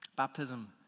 Baptism